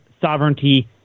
sovereignty